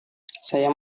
saya